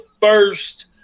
first